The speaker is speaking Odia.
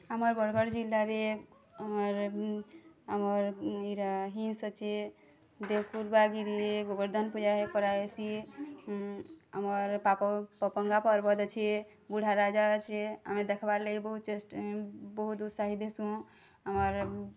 ଆମର ବରଗଡ଼ ଜିଲ୍ଲାରେ ଆମର ଆମର ଇରା ହିଲ୍ସ୍ ଅଛି ଦେବକୁଣ୍ଡ ଗୋବର୍ଦ୍ଧନ ପୂଜା କରା ହେସି ଆମର୍ ପପଙ୍ଗା ପର୍ବତ ଅଛି ବୁଢ଼ା ରାଜା ଅଛି ଆମେ ଦେଖ୍ବାର୍ ଲାଗି ବହୁତ୍ ଚେଷ୍ଟା ବହୁତ୍ ଉତ୍ସାହିତ ହେସୁଁ ଆମର୍